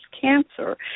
cancer